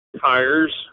tires